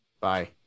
Bye